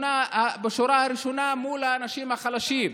בשורה הראשונה מול האנשים החלשים,